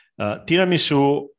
Tiramisu